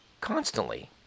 constantly